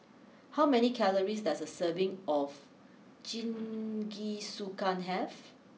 how many calories does a serving of Jingisukan have